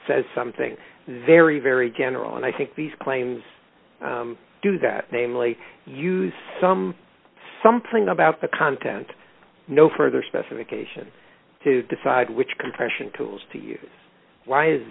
says something very very general and i think these claims do that namely use some something about the content no further specification to decide which compression tools to you why is